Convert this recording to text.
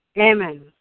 Amen